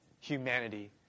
humanity